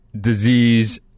disease